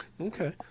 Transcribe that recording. Okay